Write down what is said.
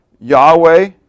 Yahweh